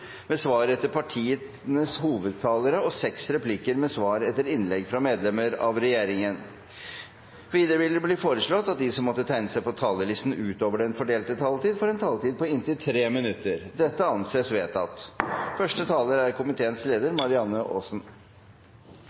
med svar etter partienes hovedtalere og seks replikker med svar etter innlegg fra medlemmer av regjeringen innenfor den fordelte taletid. Videre vil det bli foreslått at de som måtte tegne seg på talerlisten utover den fordelte taletid, får en taletid på inntil 3 minutter. – Det anses vedtatt.